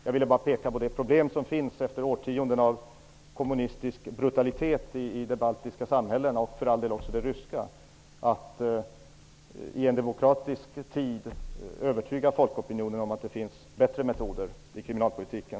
Jag ville bara peka på de problem som finns efter årtionden av kommunistisk brutalitet i de baltiska, och för all del även i de ryska, samhällena. I en demokratisk tid måste man övertyga folkopinionen om att det finns bättre metoder i kriminalpolitiken.